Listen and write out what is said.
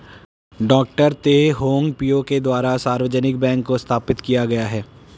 डॉ Teh Hong Piow के द्वारा सार्वजनिक बैंक को स्थापित किया गया है